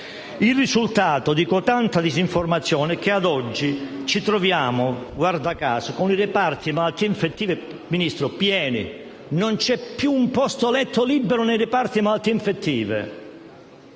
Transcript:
Il risultato di cotanta disinformazione è che ad oggi ci troviamo, guarda caso, con i reparti di malattie infettive pieni, non c'è più un posto letto libero. Le conseguenze di